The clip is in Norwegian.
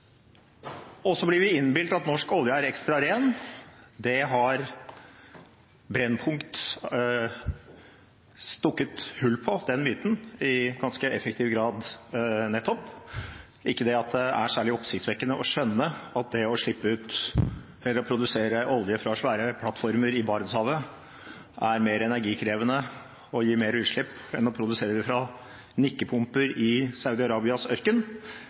Og så blir vi innbilt at norsk olje er ekstra ren. Brennpunkt har nettopp stukket hull på den myten i ganske effektiv grad. Ikke at det er særlig oppsiktsvekkende å skjønne at det å produsere olje fra svære plattformer i Barentshavet er mer energikrevende og gir mer utslipp enn å produsere fra nikkepumper i Saudi-Arabias ørken,